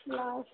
last